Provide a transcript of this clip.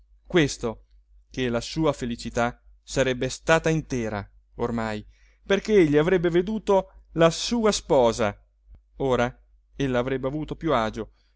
questo che la sua felicità sarebbe stata intera ormai perché egli avrebbe veduto la sua sposa ora ella avrebbe avuto più agio